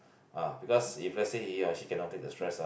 ah because if let say he cannot take the stress ah